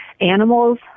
animals